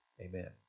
amen